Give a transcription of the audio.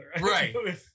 Right